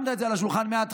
שמת את זה על השולחן מההתחלה,